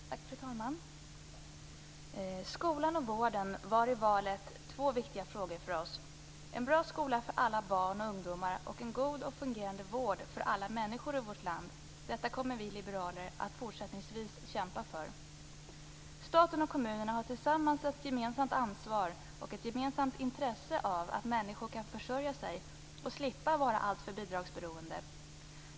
Fru talman! Skolan och vården var i valet två viktiga frågor för oss. En bra skola för alla barn och ungdomar och en god och fungerande vård för alla människor i vårt land; detta kommer vi liberaler fortsättningsvis att kämpa för. Staten och kommunerna har ett gemensamt ansvar och ett gemensamt intresse av att människor kan försörja sig och slippa vara alltför bidragsberoende.